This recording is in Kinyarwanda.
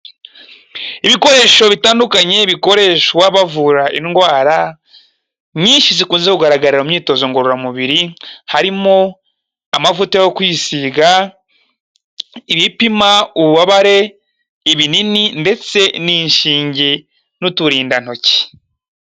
Ibikoresho bitandukanye bikoreshwa bavura indwara nyinshi zikunze kugaragarira mu myitozo ngororamubiri, harimo amavuta yo kwisiga, ibipima ububabare, ibinini ndetse n'inshinge, n'uturindantoki.